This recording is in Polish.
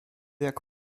jak